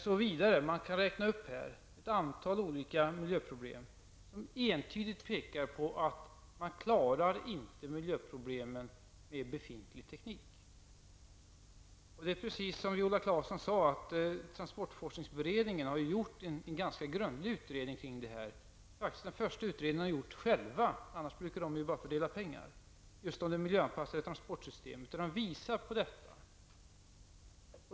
Man kan fortsätta räkna upp ett antal olika miljöproblem som entydigt pekar på att man inte klarar miljöproblemen med befintlig teknik. Precis som Viola Claesson sade har transportforskningsberedningen gjort en ganska grundlig utredning kring det miljöanpassade transportsystemet. Det är faktiskt den första utredning beredningen har gjort själv. Den brukar annars bara fördela pengar.